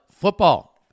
football